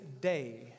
day